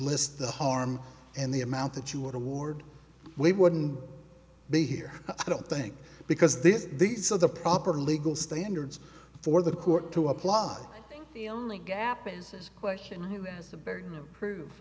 list the harm and the amount that you were toward we wouldn't be here i don't think because this these are the proper legal standards for the court to apply the only gap is question who has the burden of proof